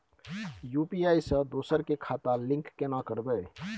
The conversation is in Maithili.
यु.पी.आई से दोसर के खाता लिंक केना करबे?